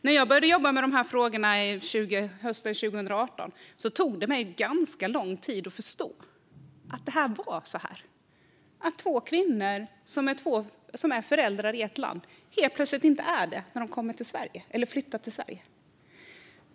När jag började jobba med de här frågorna hösten 2018 tog det mig ganska lång tid att förstå att det var så här, alltså att två kvinnor som är föräldrar i ett land helt plötsligt inte längre är det när de flyttar till Sverige.